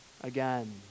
again